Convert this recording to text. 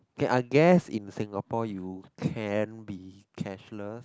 k I guess in Singapore you can be cashless